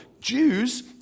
Jews